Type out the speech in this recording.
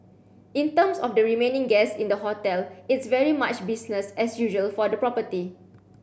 in terms of the remaining guests in the hotel it's very much business as usual for the property